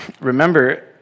Remember